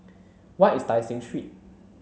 where is Tai Seng Street